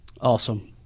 Awesome